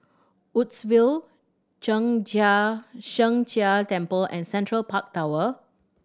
Woodsville Zheng Jia Sheng Jia Temple and Central Park Tower